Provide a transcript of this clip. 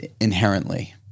inherently